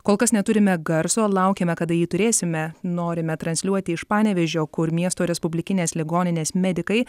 kol kas neturime garso laukiame kada jį turėsime norime transliuoti iš panevėžio kur miesto respublikinės ligoninės medikai